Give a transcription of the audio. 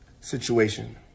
situation